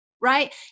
Right